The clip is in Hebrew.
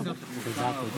למשפחה.